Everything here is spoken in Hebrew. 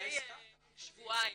שלפני שבועיים